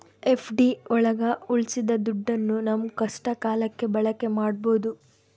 FD ಒಳಗ ಉಳ್ಸಿದ ದುಡ್ಡನ್ನ ನಮ್ ಕಷ್ಟ ಕಾಲಕ್ಕೆ ಬಳಕೆ ಮಾಡ್ಬೋದು